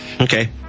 Okay